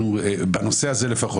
בנושא הזה לפחות,